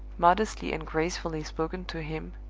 modestly and gracefully spoken to him,